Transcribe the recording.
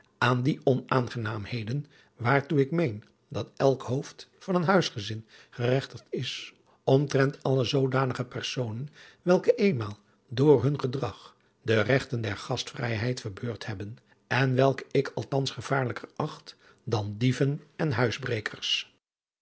aan die onaangenaamheden waartoe ik meen dat elk hoofd van een huisgezin geregtigd is omtrent alle zoodanige perfonen welke éénmaal door hun gedrag de regten der gastvrijheid verbeurd hebben en welke ik althans gevaarlijker acht dan dieven en